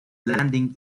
landing